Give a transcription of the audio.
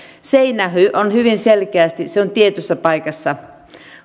seinä on hyvin selkeästi tietyssä paikassa